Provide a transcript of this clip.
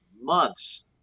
months